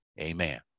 amen